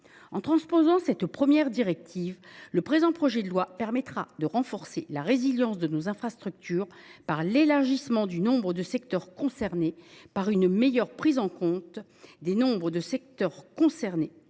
En transposant cette première directive, le projet de loi permettra de renforcer la résilience de nos infrastructures par l’élargissement du nombre de secteurs concernés, par une meilleure prise en compte des interdépendances